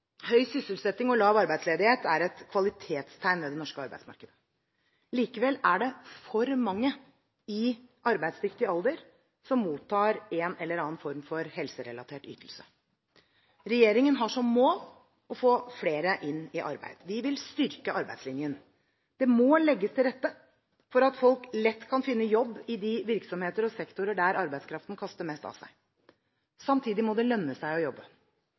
Høy sysselsetting og lav arbeidsledighet er et kvalitetstegn ved det norske arbeidsmarkedet. Likevel er det for mange i arbeidsdyktig alder som mottar en eller annen form for helserelatert ytelse. Regjeringen har som mål å få flere inn i arbeid. Vi vil styrke arbeidslinjen. Det må legges til rette for at folk lett kan finne jobb i de virksomheter og sektorer der arbeidskraften kaster mest av seg. Samtidig må det lønne seg å jobbe.